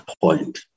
point